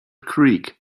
creek